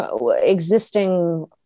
existing